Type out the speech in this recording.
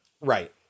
Right